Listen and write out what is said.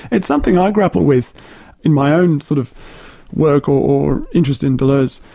it's something i grapple with in my own sort of work or or interest in deleuze.